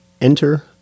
Enter